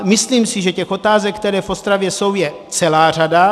Myslím si, že těch otázek, které v Ostravě jsou, je celá řada.